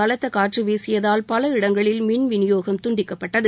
பலத்த காற்று வீசியதால் பல இடங்களில் மின்விநியோகம் துண்டிக்கப்பட்டது